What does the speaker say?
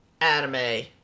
anime